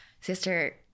Sister